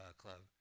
club